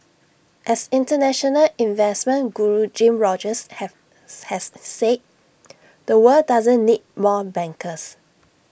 as International investment Guru Jim Rogers have has said the world doesn't need more bankers